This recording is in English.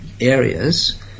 areas